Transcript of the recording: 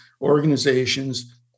organizations